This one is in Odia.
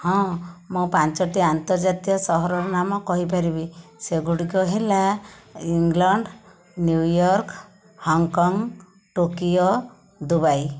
ହଁ ମୁଁ ପାଞ୍ଚୋଟି ଆନ୍ତର୍ଜାତିକ ସହରର ନାମ କହିପାରିବି ସେଗୁଡ଼ିକ ହେଲା England New York Hong Kong Tokyo Dubai